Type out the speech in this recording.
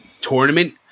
tournament